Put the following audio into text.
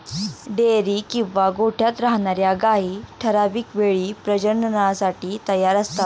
dairy किंवा गोठ्यात राहणार्या गायी ठराविक वेळी प्रजननासाठी तयार असतात